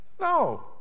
No